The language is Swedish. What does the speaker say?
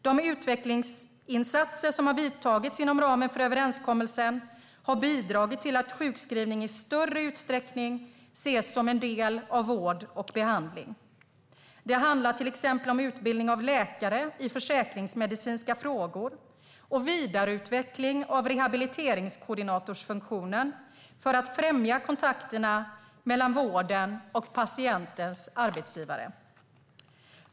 De utvecklingsinsatser som har vidtagits inom ramen för överenskommelsen har bidragit till att sjukskrivning i större utsträckning ses som en del av vård och behandling. Det handlar till exempel om utbildning av läkare i försäkringsmedicinska frågor och vidareutveckling av rehabiliteringskoordinatorsfunktionen för att främja kontakterna mellan vården och patientens arbetsgivare.